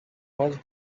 was